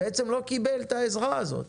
בעצם לא קיבל את העזרה הזאת.